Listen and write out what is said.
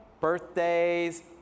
Birthdays